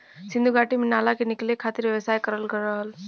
सिन्धु घाटी में नाला के निकले खातिर व्यवस्था करल गयल रहल